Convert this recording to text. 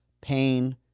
pain